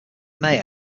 meier